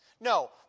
No